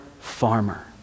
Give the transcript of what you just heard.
farmer